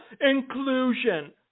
inclusion